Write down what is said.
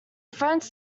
france